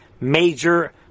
major